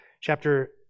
Chapter